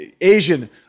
Asian